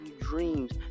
dreams